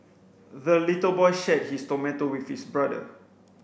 the little boy shared his tomato with his brother